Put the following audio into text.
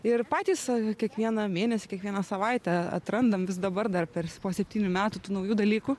ir patys savi kiekvieną mėnesį kiekvieną savaitę atrandam vis dabar dar po septynių metų tų naujų dalykų